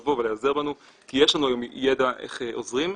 לבוא ולהיעזר בנו כי יש לנו ידע איך עוזרים.